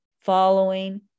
following